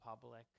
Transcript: public